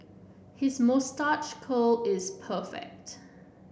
his moustache curl is perfect